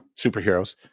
superheroes